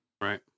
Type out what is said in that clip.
Right